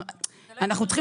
ואגב,